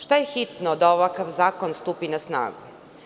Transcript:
Šta je hitno da ovakav zakon stupi na snagu?